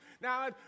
Now